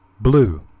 Blue